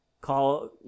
call